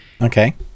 Okay